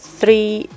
three